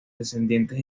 descendientes